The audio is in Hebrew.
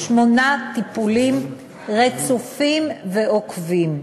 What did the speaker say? שמונה טיפולים רצופים ועוקבים.